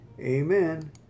Amen